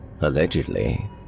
Allegedly